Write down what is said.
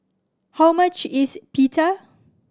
how much is Pita